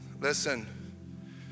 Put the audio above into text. listen